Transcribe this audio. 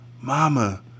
Mama